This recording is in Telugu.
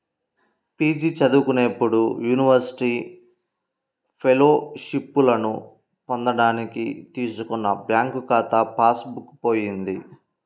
పీ.జీ చదువుకునేటప్పుడు యూనివర్సిటీ ఫెలోషిప్పులను పొందడానికి తీసుకున్న బ్యాంకు ఖాతా పాస్ బుక్ పోయింది